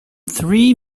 three